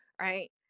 Right